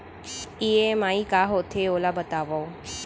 EMI का होथे, ओला बतावव